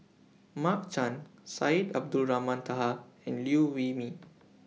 Mark Chan Syed Abdulrahman Taha and Liew Wee Mee